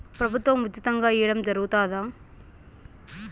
ప్రభుత్వం ఉచితంగా ఇయ్యడం జరుగుతాదా?